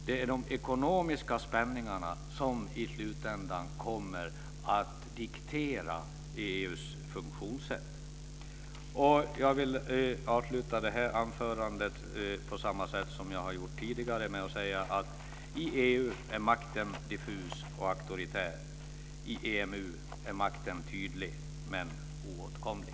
Det är de ekonomiska spänningarna som i slutändan kommer att diktera EU:s funktionssätt. Jag vill avsluta det här anförandet på samma sätt som jag har gjort tidigare med att säga att i EU är makten diffus och auktoritär, i EMU är makten tydlig men oåtkomlig.